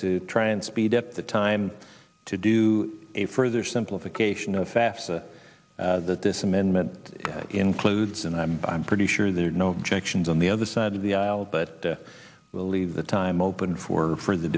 to try and speed up the time to do a further simplification of fafsa that this amendment includes and i'm i'm pretty sure there are no objections on the other side of the aisle but leave the time open for for the